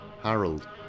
Harold